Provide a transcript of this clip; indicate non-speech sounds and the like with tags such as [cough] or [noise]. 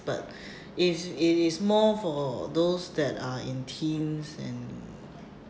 but [breath] it's it is more for those that uh in teens and